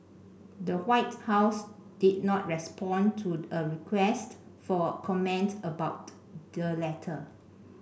the White House did not respond to a request for comment about the letter